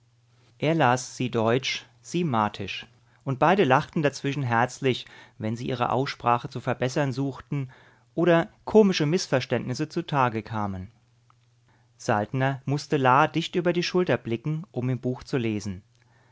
er las sie deutsch sie martisch und beide lachten dazwischen herzlich wenn sie ihre aussprache zu verbessern suchten oder komische mißverständnisse zutage kamen saltner mußte la dicht über die schulter blicken um im buch zu lesen